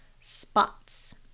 spots